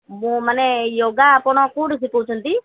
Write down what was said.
ମୁଁ ମାନେ ୟୋଗା ଆପଣ କୋଉଠି ଶିଖଉଛନ୍ତି